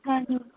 हां